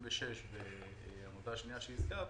76 והעמותה השנייה שהזכרת